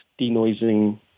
denoising